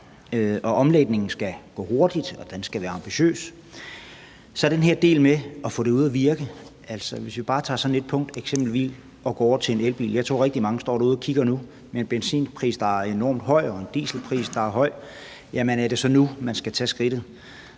– omlægningen skal gå hurtigt, og den skal være ambitiøs – går det så ikke ud over den her del med at få det ud at virke? Altså, hvis vi bare tager sådan et punkt som eksempelvis at gå over til en elbil, tror jeg, rigtig mange står derude nu og kigger på en elbil – med en benzinpris, der er enormt høj, og en dieselpris, der er høj – og spørger sig selv: Jamen er det så nu, man skal tage skridtet?